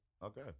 Okay